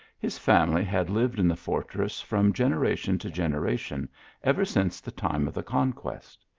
his family had lived in the fortress from generation to generation ever since the time of the conquest.